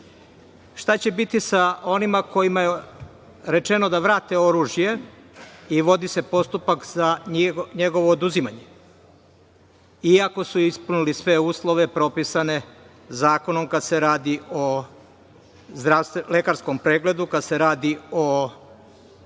šta će biti sa onima kojima je rečeno da vrate oružje i vodi se postupak za njegovo oduzimanje, iako su ispunili sve uslove propisane zakonom kada se radi o lekarskom pregledu, kada se radi o